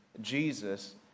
Jesus